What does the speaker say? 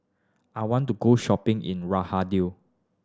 I want to go shopping in Riyadh